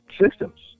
systems